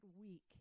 week